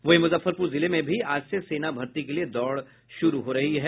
वहीं मुजफ्फरपुर जिले में भी आज से सेना भर्ती के लिए दौड़ शुरू हो रही है